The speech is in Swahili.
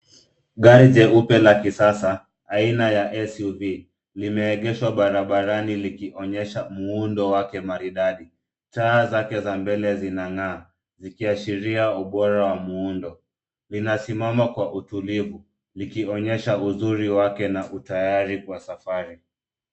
Gari jeupe la kisasa, aina ya SUV, limeegeshwa barabarani, likionyesha muundo wake maridadi. Taa zake za mbele zinang'aa, zikiashiria ubora wa muundo. Linasimama kwa utulivu, likionyesha uzuri wake na utayari kwa safari.